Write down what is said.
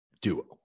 duo